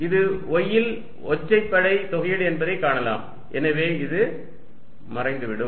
இது y இல் ஒற்றைப்படை தொகையீடு என்பதை காணலாம் எனவே இது மறைந்துவிடும்